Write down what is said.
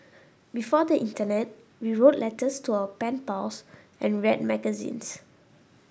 before the internet we wrote letters to our pen pals and read magazines